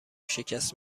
شکست